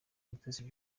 mutesi